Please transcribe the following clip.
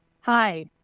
Hi